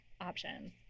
options